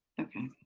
okay.